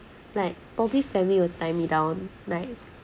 like probably family will tie me down like